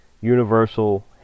Universal